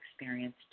experience